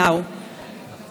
אמרתי "לא להאריך"?